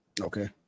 Okay